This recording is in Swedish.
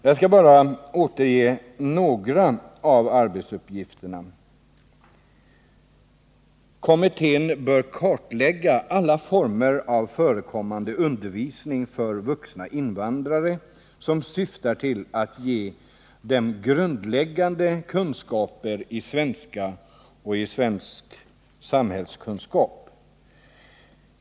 Jag skall bara återge några av arbetsuppgifterna: ”Kommittén bör kartlägga alla former av nu förekommande undervisning för vuxna invandrare som syftar till att ge dem grundläggande kunskaper i svenska och i svensk samhällskunskap.